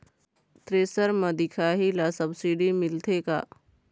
Thresher म दिखाही ला सब्सिडी मिलथे का?